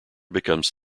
becomes